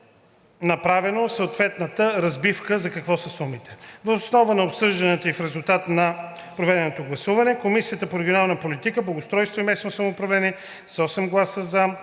направена съответната разбивка. Въз основа на обсъжданията и в резултат на проведеното гласуване, Комисията по регионална политика, благоустройство и местно самоуправление с 8 гласа